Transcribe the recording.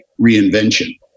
reinvention